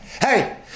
Hey